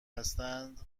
هستند